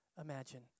imagine